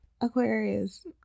Aquarius